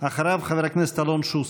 אחריו, חבר הכנסת אלון שוסטר.